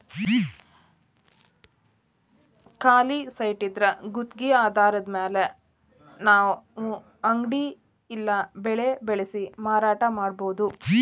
ಖಾಲಿ ಸೈಟಿದ್ರಾ ಗುತ್ಗಿ ಆಧಾರದ್ಮ್ಯಾಲೆ ಅದ್ರಾಗ್ ನಾವು ಅಂಗಡಿ ಇಲ್ಲಾ ಬೆಳೆ ಬೆಳ್ಸಿ ಮಾರಾಟಾ ಮಾಡ್ಬೊದು